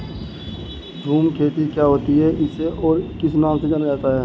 झूम खेती क्या होती है इसे और किस नाम से जाना जाता है?